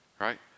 right